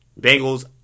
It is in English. Bengals